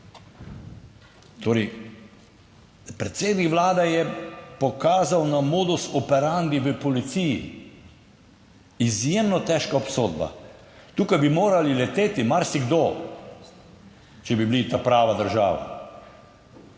Torej, predsednik vlade je pokazal na modus operandi v policiji, izjemno težka obsodba. Tukaj bi morali leteti marsikdo, če bi bili ta prava država.